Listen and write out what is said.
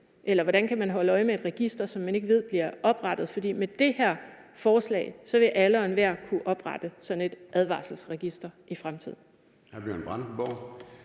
alverden kan man holde øje med et register, som man ikke ved bliver oprettet? For med det her forslag vil alle og enhver kunne oprette sådan et advarselsregister i fremtiden.